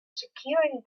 securing